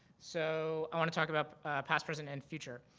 so i wanna talk about past, present, and future.